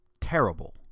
Terrible